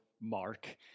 Mark